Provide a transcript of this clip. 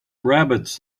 rabbits